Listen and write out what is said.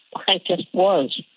i just was,